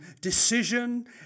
decision